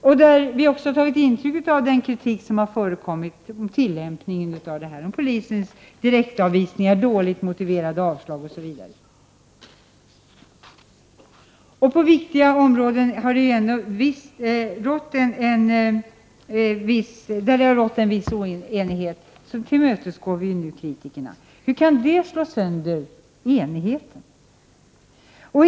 Vi har också tagit intryck av den kritik som har förekommit mot tillämpningen av dessa bestämmelser, mot polisens direktavvisningar, dåligt motiverade avslag osv. På viktiga områden där det har rått en viss oenighet tillmötesgår vi ju nu kritikerna. Hur kan det slå sönder enigheten?